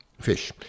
fish